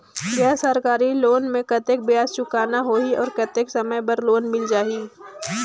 गैर सरकारी लोन मे कतेक ब्याज चुकाना होही और कतेक समय बर लोन मिल जाहि?